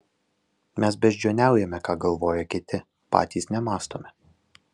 mes beždžioniaujame ką galvoja kiti patys nemąstome